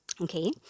okay